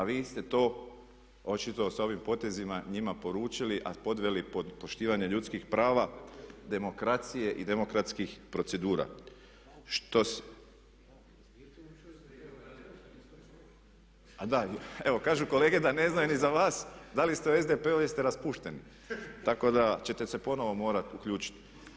A vi ste to očito sa ovim potezima njima poručili, a podveli pod poštivanje ljudskih prava, demorakcije i demokratskih procedura. … [[Upadica sa strane, ne čuje se.]] A da, evo kažu kolege da ne znaju ni za vas da li ste u SDP-u jer ste raspušteni, tako da ćete se ponovo morati uključiti.